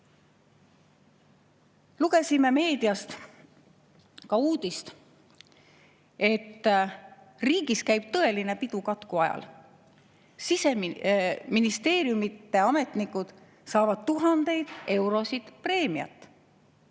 Lugesime meediast uudist, et riigis käib tõeline pidu katku ajal. Ministeeriumide ametnikud saavad tuhandeid eurosid preemiat.